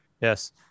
yes